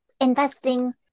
investing